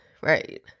right